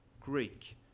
Greek